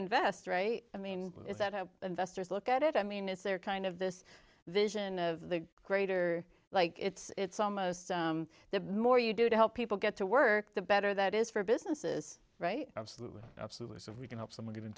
invest right i mean is that a investors look at it i mean is there kind of this vision of the greater like it's almost the more you do to help people get to work the better that is for businesses right absolutely absolutely so if we can help someone